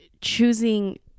choosing